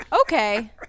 Okay